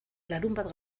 larunbat